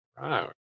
right